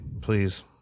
Please